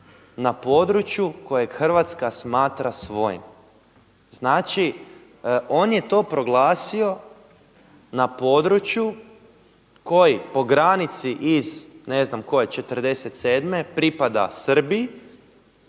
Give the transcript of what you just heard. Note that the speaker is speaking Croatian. na području kojeg Hrvatska smatra svojim. Znači, on je to proglasio na području koji po granici iz ne znam koje '47. pripada Srbiji,